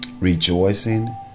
rejoicing